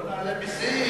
לא נעלה מסים.